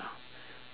ya